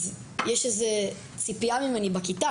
יש איזו ציפייה ממני בכיתה,